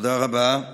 תודה רבה.